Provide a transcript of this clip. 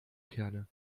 kerne